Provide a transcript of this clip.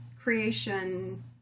creation